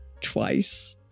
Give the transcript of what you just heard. twice